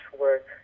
work